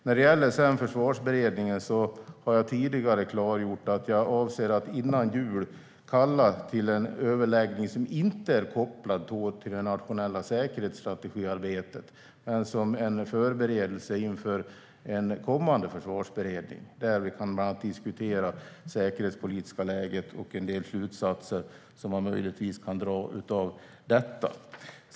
När det gäller Försvarsberedningen har jag tidigare klargjort att jag avser att före jul kalla till en överläggning som inte är kopplad till det nationella säkerhetsstrategiarbetet utan som är en förberedelse inför en kommande försvarsberedning, där vi kan diskutera bland annat det säkerhetspolitiska läget och en del slutsatser som man möjligtvis kan dra av detta.